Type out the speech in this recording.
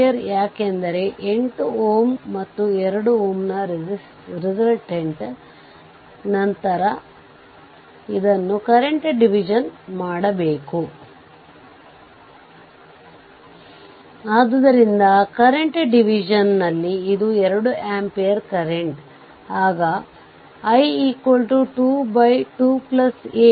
ಈ ಉದಾಹರಣೆಯಲ್ಲಿ ಟರ್ಮಿನಲ್ 1 ಮತ್ತು 2 ರ ಎಡಭಾಗದಲ್ಲಿರುವ ಚಿತ್ರ 21 ರಲ್ಲಿ ತೋರಿಸಿರುವ ಸರ್ಕ್ಯೂಟ್ನ ಥೆವೆನಿನ್ ಸಮಾನ ಸರ್ಕ್ಯೂಟ್ ಅನ್ನು ಹುಡುಕಿ ನಂತರ RL 8 Ω ನಲ್ಲಿ ಹರಿಯುವ ಕರೆಂಟ್ ನ್ನು ಕಂಡು ಹುಡುಕಿ